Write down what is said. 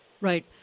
Right